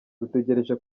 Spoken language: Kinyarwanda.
dutegereje